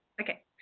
Okay